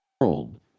world